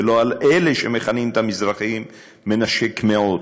ולא על אלה שמכנים את המזרחים מנשקי קמעות,